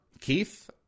Keith